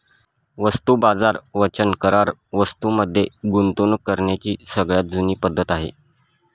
वस्तू बाजार वचन करार वस्तूं मध्ये गुंतवणूक करण्याची सगळ्यात जुनी पद्धत आहे